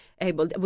able